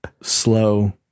slow